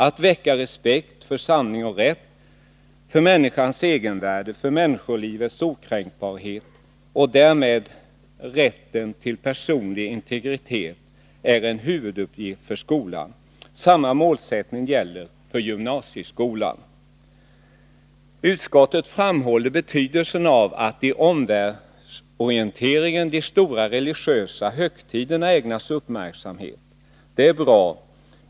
Att väcka respekt för sanning och rätt, för människans egenvärde, för människolivets okränkbarhet och därmed för rätten till personlig integritet är en huvuduppgift för skolan.” Samma målsättning gäller för gymnasieskolan. Utskottet framhåller betydelsen av att i omvärldsorienteringen de stora religiösa högtiderna ägnas uppmärksamhet. Det är bra.